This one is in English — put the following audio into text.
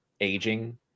aging